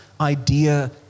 idea